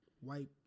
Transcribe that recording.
white